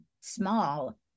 small